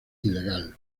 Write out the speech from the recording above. ilegal